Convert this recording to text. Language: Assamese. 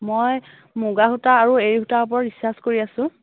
মই মুগা সূতা আৰু এৰি সূতাৰ ওপৰত ৰিচাৰ্ছ কৰি আছো